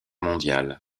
mondiale